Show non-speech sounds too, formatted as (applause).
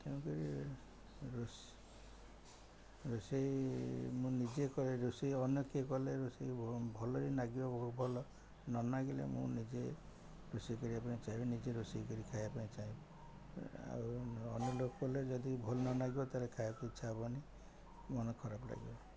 ତେଣୁକରି (unintelligible) ରୋଷେଇ ମୁଁ ନିଜେ କରେ ରୋଷେଇ ଅନ୍ୟ କିଏ କଲେ ରୋଷେଇ ଭଲରେ ଲାଗିବ ବହୁତ ଭଲ ନ ଲାଗିଲେ ମୁଁ ନିଜେ ରୋଷେଇ କରିବା ପାଇଁ ଚାହିଁବି ନିଜେ ରୋଷେଇ କରି ଖାଇବା ପାଇଁ ଚାହିଁବି ଆଉ ଅନ୍ୟ ଲୋକ କଲେ ଯଦି ଭଲ ନ ଲାଗିବ ତା'ହେଲେ ଖାଇବାକୁ ଇଚ୍ଛା ହବନି ମନ ଖରାପ ଲାଗିବ